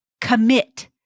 commit